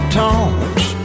tones